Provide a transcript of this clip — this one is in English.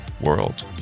world